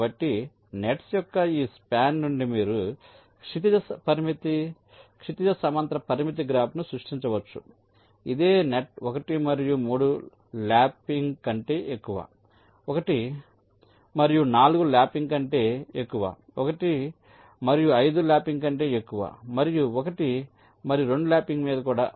కాబట్టి నెట్స్ యొక్క ఈ స్పాన్ నుండి మీరు క్షితిజ సమాంతర పరిమితి గ్రాఫ్ను సృష్టించవచ్చు ఇది నెట్ 1 మరియు 3 ల్యాపింగ్ కంటే ఎక్కువ 1 మరియు 4 ల్యాపింగ్ కంటే ఎక్కువ 1 మరియు 5 ల్యాపింగ్ కంటే ఎక్కువ మరియు 1 మరియు 2 లాపింగ్ మీద కూడా